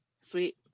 sweet